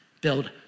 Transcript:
build